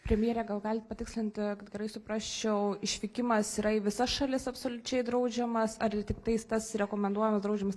premjere gal galit patikslinti kad gerai suprasčiau išvykimas yra į visas šalis absoliučiai draudžiamas ar į tiktais tas rekomenduojamas draudžiamas